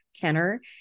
Kenner